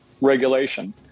regulation